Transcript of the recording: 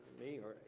me, or?